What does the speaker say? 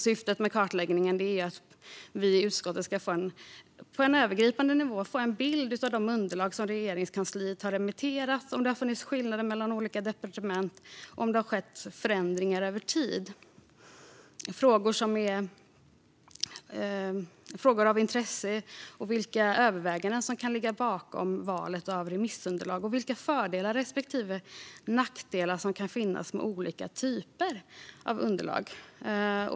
Syftet med kartläggningen är att vi i utskottet på en övergripande nivå ska få en bild av de underlag som Regeringskansliet har remitterat. Har det funnits skillnader mellan olika departement? Har det skett förändringar över tid? Frågor som är av intresse är vilka överväganden som kan ligga bakom valet av remissunderlag och vilka fördelar respektive nackdelar som kan finnas med olika typer av underlag.